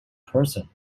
person